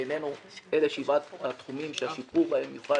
בעינינו אלה שבעת התחומים שהשיפור בהם יוכל